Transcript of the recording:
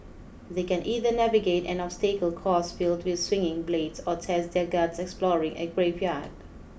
they can either navigate an obstacle course filled with swinging blades or test their guts exploring a graveyard